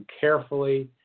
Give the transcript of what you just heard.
carefully